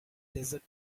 desert